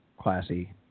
classy